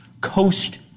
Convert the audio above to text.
coast